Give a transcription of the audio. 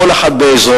כל אחד באזורו.